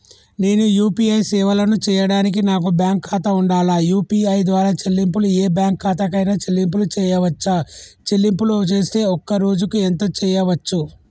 నేను యూ.పీ.ఐ సేవలను చేయడానికి నాకు బ్యాంక్ ఖాతా ఉండాలా? యూ.పీ.ఐ ద్వారా చెల్లింపులు ఏ బ్యాంక్ ఖాతా కైనా చెల్లింపులు చేయవచ్చా? చెల్లింపులు చేస్తే ఒక్క రోజుకు ఎంత చేయవచ్చు?